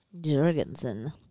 Jorgensen